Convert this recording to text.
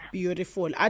Beautiful